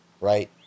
right